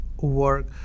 work